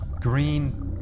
green